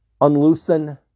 unloosen